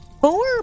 four